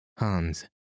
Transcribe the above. Hans